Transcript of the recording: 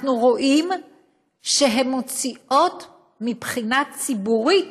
אנחנו רואים שהן מוציאות מבחינה ציבורית